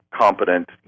competent